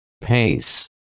Pace